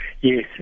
Yes